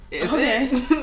okay